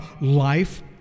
life